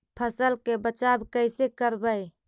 फसल के बचाब कैसे करबय?